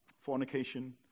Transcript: Fornication